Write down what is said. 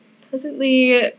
pleasantly